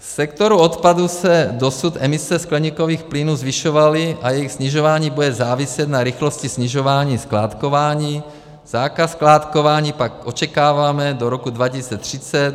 V sektoru odpadu se dosud emise skleníkových plynů zvyšovaly a jejich snižování bude záviset na rychlosti snižování skládkování, zákaz skládkování pak očekáváme do roku 2030.